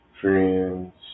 friends